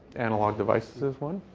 analog devices is one.